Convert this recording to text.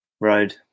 Road